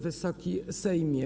Wysoki Sejmie!